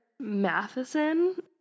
Matheson